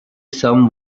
some